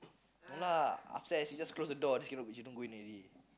ya lah after that she just close the door then she she don't go in already